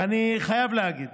ואני חייב להגיד